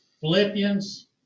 Philippians